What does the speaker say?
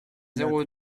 zéro